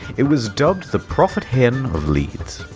it was dubbed the prophet hen of leeds,